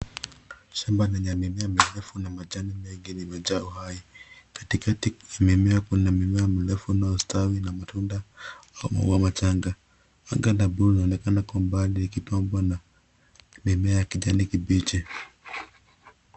Shamba lenye mimea mirefu na majani mengi lilejaa uhai. Katikati ya mimea, kuna mimea mrefu unaostawi na matunda au maua machanga. Gamba la bluu linaonekana kwa umbali likipambwa na mimea ya kijani kibichi